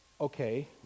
Okay